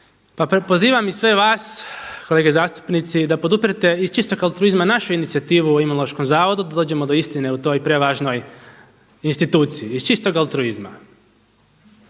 Pa pozivam i sve vas kolege zastupnici da poduprete iz čistog altruizma našu inicijativu o Imunološkom zavodu da dođemo do istine u toj prevažnoj instituciji iz čistog altruizma.